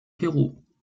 peru